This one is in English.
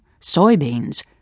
soybeans